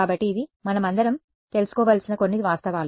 కాబట్టి ఇది మనమందరం తెలుసుకోవలసిన కొన్ని వాస్తవాలు